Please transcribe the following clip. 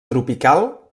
tropical